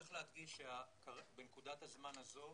צריך להדגיש שבנקודת הזמן הזו,